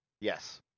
yes